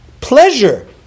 pleasure